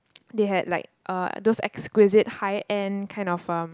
they had like uh those exquisite high end kind of um